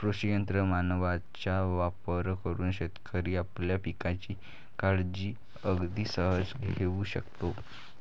कृषी यंत्र मानवांचा वापर करून शेतकरी आपल्या पिकांची काळजी अगदी सहज घेऊ शकतो